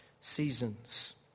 seasons